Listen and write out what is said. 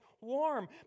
warm